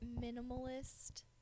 minimalist